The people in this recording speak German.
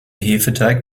hefeteig